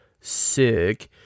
sick